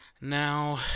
Now